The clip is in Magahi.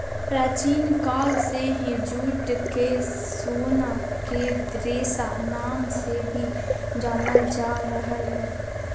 प्राचीन काल से ही जूट के सोना के रेशा नाम से भी जानल जा रहल हय